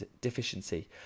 deficiency